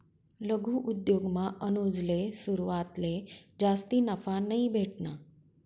लघु उद्योगमा अनुजले सुरवातले जास्ती नफा नयी भेटना